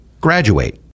graduate